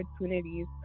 opportunities